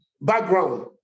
background